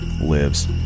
lives